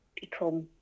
become